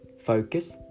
focus